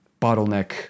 bottleneck